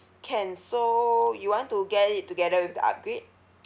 can so you want to get it together with the upgrade